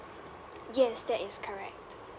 yes that is correct